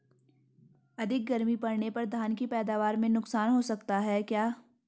अधिक गर्मी पड़ने पर धान की पैदावार में नुकसान हो सकता है क्या?